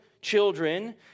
children